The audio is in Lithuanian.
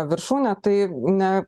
viršūnę tai ne